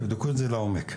תבדקו את זה לעומק,